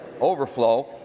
Overflow